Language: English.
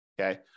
Okay